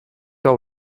all